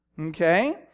okay